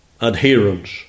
adherence